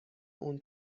اون